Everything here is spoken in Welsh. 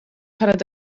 paned